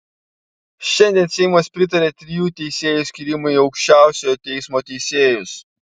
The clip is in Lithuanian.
šiandien seimas pritarė trijų teisėjų skyrimui į aukščiausiojo teismo teisėjus